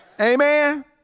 Amen